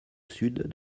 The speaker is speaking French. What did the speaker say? sud